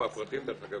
דרך אגב,